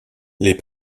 les